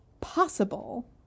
possible